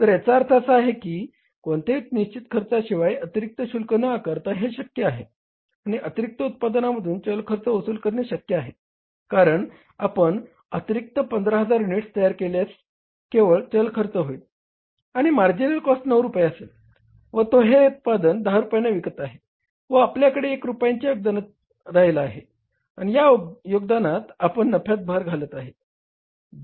तर याचा अर्थ असा आहे की कोणत्याही निश्चित खर्चाशिवाय अतिरिक्त शुल्क न आकारता हे शक्य आहे आणि अतिरिक्त उत्पादनांमधून चल खर्च वसूल करणे शक्य आहे कारण आपण अतिरिक्त 15000 युनिट्स तयार केल्यास केवळ चल खर्च होईल आणि मार्जिनल कॉस्ट 9 रुपये असेल व तो हे उत्पादन 10 रुपयांना विकत आहे व आपल्याकडे 1 रुपयांच्या योगदानाने राहिला आहे आणि हा योगदान आपल्या नफ्यात भर घालत आहे